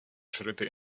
schritte